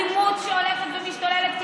אלימות שהולכת ומשתוללת,